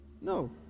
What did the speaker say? No